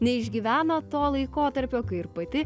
neišgyveno to laikotarpio kai ir pati